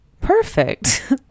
perfect